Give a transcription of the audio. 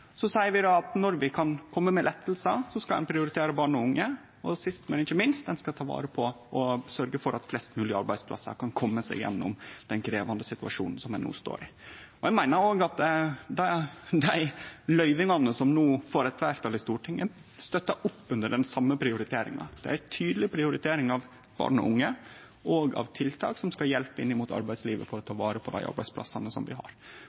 Så seier vi at når vi kan kome med lettar, skal ein prioritere barn og unge, og sist men ikkje minst skal ein ta vare på og sørgje for at flest moglege arbeidsplassar kan kome seg gjennom den krevjande situasjonen vi no står i. Eg meiner òg at dei løyvingane som no får eit fleirtal i Stortinget, støttar opp under den same prioriteringa. Det er ei tydeleg prioritering av barn og unge og av tiltak som skal hjelpe inn mot arbeidslivet for å ta vare på dei arbeidsplassane vi har,